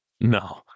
No